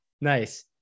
Nice